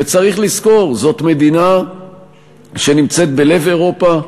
וצריך לזכור: זאת מדינה שנמצאת בלב אירופה,